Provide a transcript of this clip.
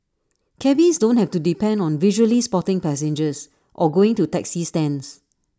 cabbies don't have to depend on visually spotting passengers or going to taxi stands